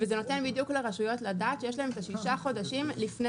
זה נותן בדיוק לרשויות לדעת שיש להן את השישה חודשים לפני